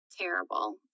terrible